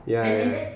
ya ya